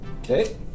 Okay